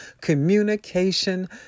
communication